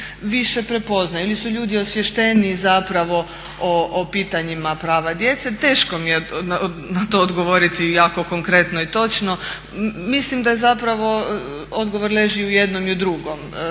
više prepoznaju, ili su ljudi osvješteniji zapravo o pitanjima prava djece. Teško mi je na to odgovoriti jako konkretno i točno, mislim da zapravo odgovor leži u jednom i u drugom.